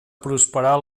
prosperar